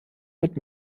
mit